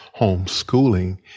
homeschooling